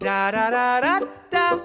Da-da-da-da-da